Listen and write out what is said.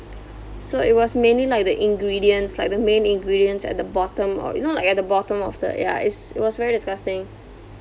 so it was mainly like the ingredients like the main ingredients at the bottom or you know like at the bottom of the ya it's it was very disgusting